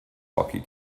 hockey